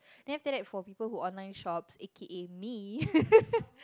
then after that for people who online shops A_K_A me